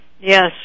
yes